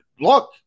look